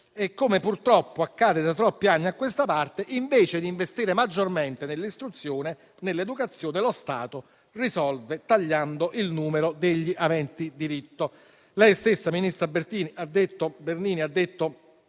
e, come purtroppo accade da troppi anni a questa parte, invece di investire maggiormente nell'istruzione, nell'educazione, lo Stato risolve tagliando il numero degli aventi diritto. Qualche mese fa,